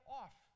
off